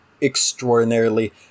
extraordinarily